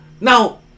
Now